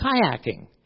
kayaking